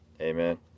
Amen